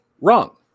wrong